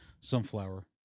sunflower